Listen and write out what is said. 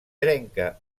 trenca